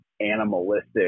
animalistic